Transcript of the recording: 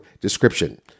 description